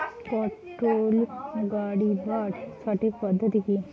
পটল গারিবার সঠিক পদ্ধতি কি?